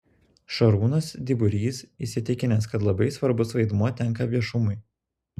šarūnas dyburys įsitikinęs kad labai svarbus vaidmuo tenka viešumui